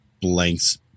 blanks